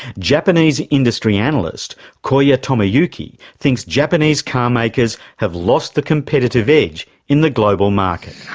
japanese industry analyst koya tomoyuki thinks japanese carmakers have lost the competitive edge in the global market.